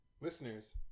Listeners